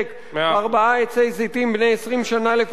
ארבעה עצי זיתים בני 20 שנה לפחות,